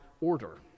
order